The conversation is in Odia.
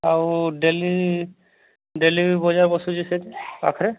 ଆଉ ଡେଲି ଡେଲି ବି ବଜାର ବସୁଛି ସେଇଠି ପାଖରେ